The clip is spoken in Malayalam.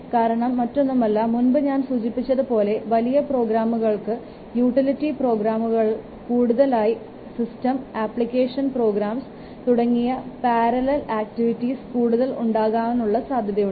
കാരണം മറ്റൊന്നുമല്ല മുൻപ് ഞാൻ സൂചിപ്പിച്ചത് പോലെ വലിയ പ്രോഗ്രാമുകൾക്ക് യൂട്ടിലിറ്റി പ്രോഗ്രാമുകളെക്കാൾ കൂടുതലായി ആയി സിസ്റ്റം ആപ്ലിക്കേഷൻ പ്രോഗ്രാംസ് തുടങ്ങിയ പാരലൽ ആക്ടിവിറ്റീസ് കൂടുതൽ ഉണ്ടാകുവാനുള്ള സാധ്യതയുണ്ട്